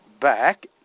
back